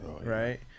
right